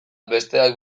besteak